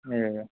ए